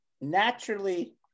naturally